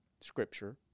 scripture